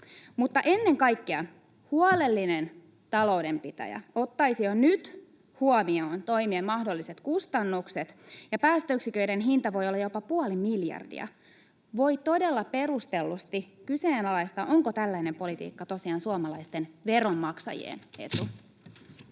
ennen kaikkea huolellinen taloudenpitäjä ottaisi jo nyt huomioon toimien mahdolliset kustannukset. Päästöyksiköiden hinta voi olla jopa puoli miljardia. Voi todella perustellusti kyseenalaistaa, onko tällainen politiikka tosiaan suomalaisten veronmaksajien etu.